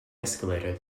escalator